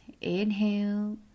inhale